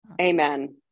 Amen